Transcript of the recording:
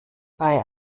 bei